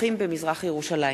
מאבטחים במזרח-ירושלים.